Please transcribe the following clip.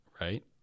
Right